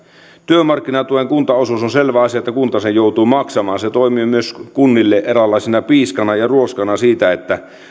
työmarkkinatuen kuntaosuus on selvä asia se että kunta sen joutuu maksamaan se toimii myös kunnille eräänlaisena piiskana ja ruoskana siinä että